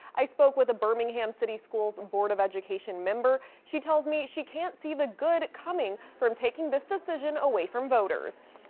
i spoke with a birmingham city school board of education member. she tells me she can't see good good coming from taking this decision away from voters.